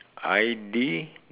I_D